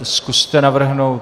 Zkuste navrhnout...